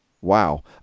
wow